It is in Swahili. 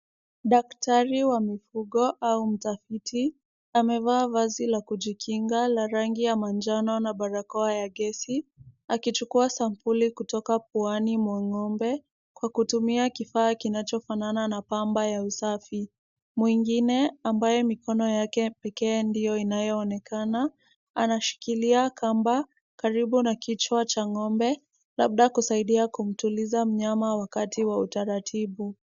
Daktari wa mifugo au mtafiti amevaa vazi la kujikinga la rangi ya manjano na barakoa ya gesi akichukua sampuli kutoka puani mwa ng'ombe kwa kutumia kifaa kinachofanana na pamba ya usafi. Mwingine ambaye mikono yake pekee ndiyo inayoonekana anashikilia kamba karibu na kichwa cha ng'ombe labda kusaidia kumtuliza mnyama wakati wa utaratibu.